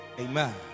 amen